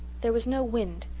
there was no wind,